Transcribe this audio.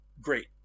great